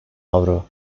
avro